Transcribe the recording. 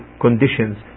conditions